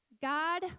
God